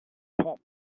pop